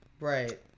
right